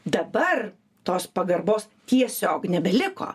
dabar tos pagarbos tiesiog nebeliko